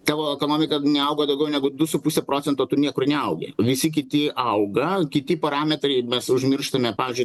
tavo ekonomika neaugo daugiau negu du su puse procento tu niekur neaugi visi kiti auga kiti parametrai mes užmirštame pavyzdžiui